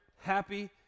happy